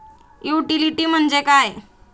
Utility म्हणजे काय?